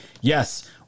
Yes